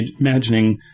imagining